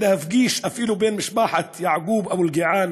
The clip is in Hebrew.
להפגיש אפילו בין משפחת יעקוב אבו אלקיעאן